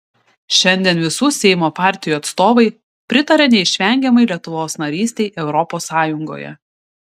šiandien visų seimo partijų atstovai pritaria neišvengiamai lietuvos narystei europos sąjungoje